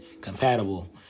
compatible